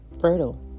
fertile